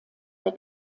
der